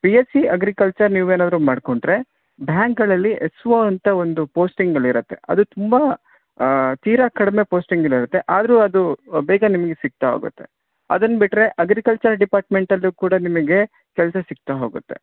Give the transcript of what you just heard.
B S C agriculture ನೀವೇನಾದರೂ ಮಾಡ್ಕೊಂಡರೆ ಬ್ಯಾಂಕ್ಗಳಲ್ಲಿ ಎಸ್ ಓ ಅಂತ ಒಂದು ಪೋಸ್ಟಿಂಗಲ್ ಇರತ್ತೆ ಅದು ತುಂಬಾ ತೀರ ಕಡಿಮೆ ಪೋಸ್ಟಿಂಗಲ್ ಇರುತ್ತೆ ಆದರೂ ಅದು ಬೇಗ ನಿಮ್ಗೆ ಸಿಗ್ತಾ ಹೋಗುತ್ತೆ ಅದನ್ನ ಬಿಟ್ಟರೆ ಅಗ್ರಿಕಲ್ಚರ್ ಡಿಪಾರ್ಟ್ಮೆಂಟಲ್ಲು ಕೂಡ ನಿಮಗೆ ಕೆಲಸ ಸಿಗ್ತಾ ಹೋಗುತ್ತೆ